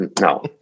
no